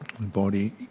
body